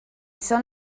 són